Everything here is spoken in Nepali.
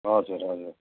हजुर हजुर